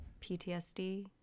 PTSD